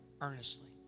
earnestly